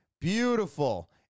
Beautiful